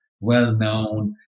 well-known